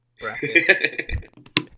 bracket